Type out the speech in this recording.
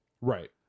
right